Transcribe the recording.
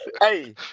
Hey